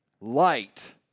light